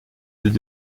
did